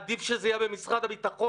עדיף שזה יהיה במשרד הביטחון.